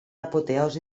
apoteosi